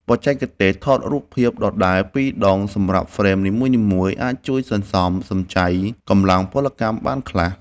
បច្ចេកទេសថតរូបភាពដដែលពីរដងសម្រាប់ហ្វ្រេមនីមួយៗអាចជួយសន្សំសំចៃកម្លាំងពលកម្មបានខ្លះ។